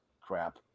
crap